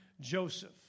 Joseph